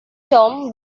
tom